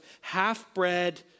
half-bred